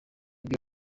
byo